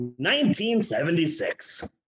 1976